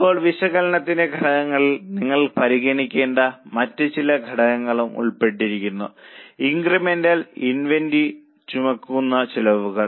ഇപ്പോൾ വിശകലനത്തിന്റെ ഘടകങ്ങളിൽ നിങ്ങൾ പരിഗണിക്കേണ്ട മറ്റ് ചില ഘടകങ്ങളും ഉൾപ്പെടുന്നു ഇൻക്രിമെന്റൽ ഇൻവെന്ററി ചുമക്കുന്ന ചെലവുകൾ